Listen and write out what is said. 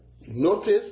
notice